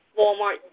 Walmart